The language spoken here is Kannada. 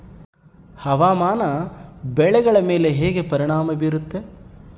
ಹವಾಮಾನ ಬೆಳೆಗಳ ಮೇಲೆ ಹೇಗೆ ಪರಿಣಾಮ ಬೇರುತ್ತೆ?